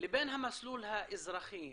לבין המסלול האזרחי.